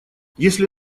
если